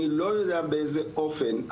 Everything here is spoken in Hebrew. אני לא יודע באיזה אופן,